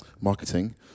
marketing